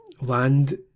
land